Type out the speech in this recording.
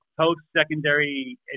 post-secondary